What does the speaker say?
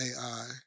AI